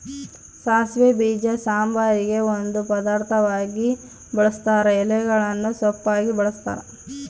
ಸಾಸಿವೆ ಬೀಜ ಸಾಂಬಾರಿಗೆ ಒಂದು ಪದಾರ್ಥವಾಗಿ ಬಳುಸ್ತಾರ ಎಲೆಗಳನ್ನು ಸೊಪ್ಪಾಗಿ ಬಳಸ್ತಾರ